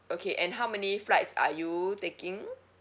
okay and how many flights are you taking